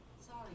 Sorry